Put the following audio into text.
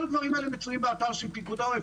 הדברים האלה מצויים באתר של פיקוד העורף,